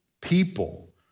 people